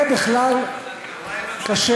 זה בכלל קשה.